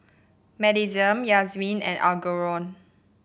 Madisyn Yazmin and Algernon